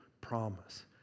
promise